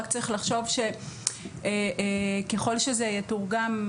רק צריך לחשוב שככל שזה יתורגם,